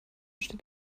steht